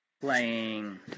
playing